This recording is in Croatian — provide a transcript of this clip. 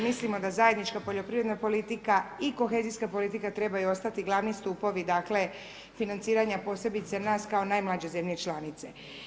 Mislimo da zajednička poljoprivredna politika i kohezijska politika trebaju ostati glavni stupovi financiranja posebice nas kao najmlađe zemlje članice.